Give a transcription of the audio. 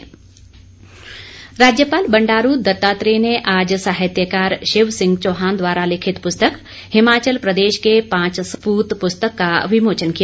विमोचन राज्यपाल बंडारू दत्तात्रेय ने आज साहित्य कार शिव सिंह चौहान द्वारा लिखित पुस्तक हिमाचल प्रदेश के पांच सपूत पुस्तक का विमोचन किया